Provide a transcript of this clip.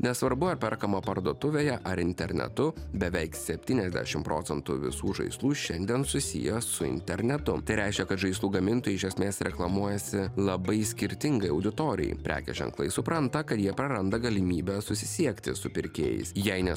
nesvarbu ar perkama parduotuvėje ar internetu beveik septyniasdešim procentų visų žaislų šiandien susiję su internetu tai reiškia kad žaislų gamintojai iš esmės reklamuojasi labai skirtingai auditorijai prekės ženklai supranta kad jie praranda galimybę susisiekti su pirkėjais jei ne